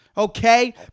Okay